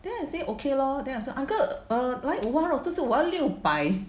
then I say okay lor then I say uncle err 我要五花肉就是我要六百